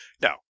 Now